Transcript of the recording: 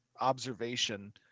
observation